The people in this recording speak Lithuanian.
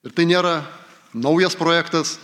ir tai nėra naujas projektas